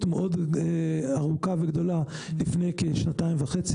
מאוד ארוכה וגדולה לפני כשנתיים וחצי.